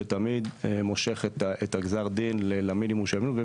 שתמיד מושך את הגזר דין למינימום שלו,